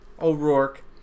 O'Rourke